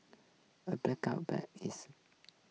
a blanket ban is